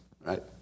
right